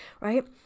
right